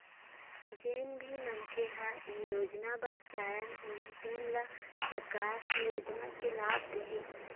जेन भी मनखे ह ए योजना बर चयन होही तेन ल सरकार ह योजना के लाभ दिहि